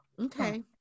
Okay